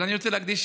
אבל אני רוצה להקדיש